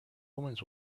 omens